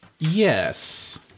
Yes